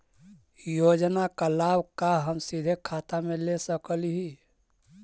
योजना का लाभ का हम सीधे खाता में ले सकली ही?